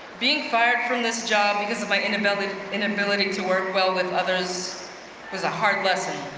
being fired from this job because of my inability inability to work well with others was a hard lesson.